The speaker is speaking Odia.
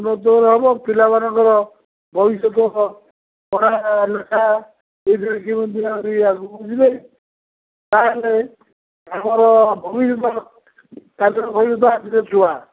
ହେବାର ହବ ପିଲାମାନଙ୍କର ଭବିଷ୍ୟତ ପଢ଼ା ଲେଖା ଏଇଥିରେ କେମିତି ଆହୁରି ଆଗକୁ ଯିବେ ତାହେଲେ ଆମର ଭବିଷ୍ୟତ କାଲିର ଭବିଷ୍ୟତ ଆଜିର ଛୁଆ